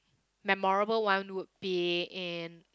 memorable one would be in